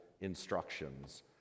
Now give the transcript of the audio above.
instructions